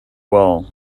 well